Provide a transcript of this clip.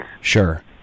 Sure